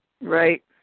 Right